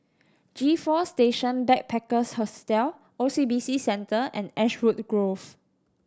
G Four Station Backpackers Hostel O C B C Centre and Ashwood Grove